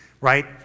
right